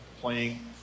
playing